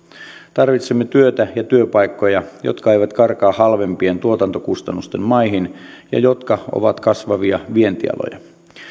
tarvitsemme työtä ja työpaikkoja jotka eivät karkaa halvempien tuotantokustannusten maihin ja jotka ovat kasvavilla vientialoilla